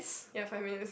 ya five minutes